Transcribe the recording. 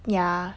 ya